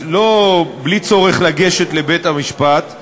בלי צורך לגשת לבית-המשפט,